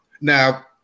Now